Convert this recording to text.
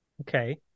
Okay